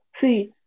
See